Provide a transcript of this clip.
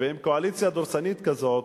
ועם קואליציה כזאת,